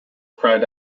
cried